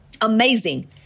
amazing